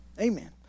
Amen